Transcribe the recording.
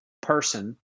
person